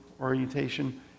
orientation